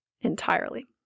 entirely